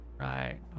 Right